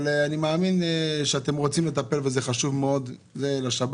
אבל אני מאמין שאתם רוצים לטפל וזה חשוב מאוד לשב"ס.